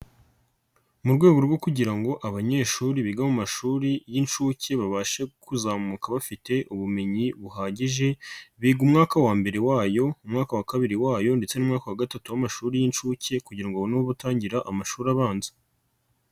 Mu rwego rwo kugira ngo abanyeshuri biga mu mashuri y'inshuke babashe kuzamuka bafite ubumenyi buhagije, biga umwaka wa mbere wayo, mu mwaka wa kabiri wayo ndetse n'umwaka wa gatatu w'amashuri y'inshuke kugira ngo babone ubutangira amashuri abanza.